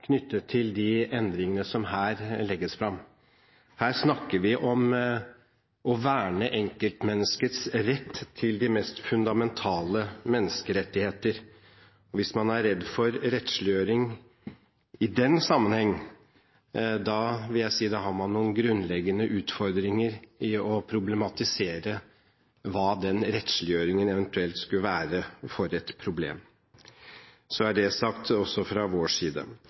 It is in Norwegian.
knyttet til de endringer som her legges fram. Her snakker vi om å verne enkeltmenneskets rett til de mest fundamentale menneskerettigheter. Hvis man er redd for rettsliggjøring i den sammenheng, vil jeg si at man har noen grunnleggende utfordringer i å problematisere hva den rettsliggjøringen eventuelt skulle være for slags problem. Så er det sagt – også fra vår side.